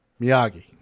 Miyagi